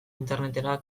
internetera